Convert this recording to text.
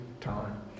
time